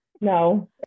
no